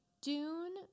Dune